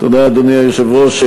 אדוני היושב-ראש,